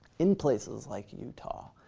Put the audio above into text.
in places like utah.